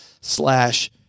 slash